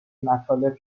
مطالب